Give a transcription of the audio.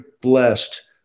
blessed